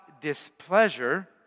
displeasure